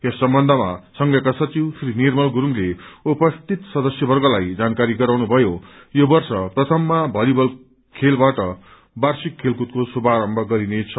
यस सम्बन्धमा संघका सचिव श्री निर्मल गुरूङले उपस्थित सदस्यवर्गलाई जानकारी गराउनु भयो यो वर्ष प्रथममा भलिबल खेलबाट वार्षिक खेलकूदको श्रुभारम्भ गरिने छ